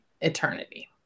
eternity